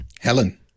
Helen